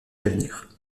l’avenir